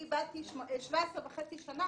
איבדתי 17.5 שנה,